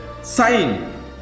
sign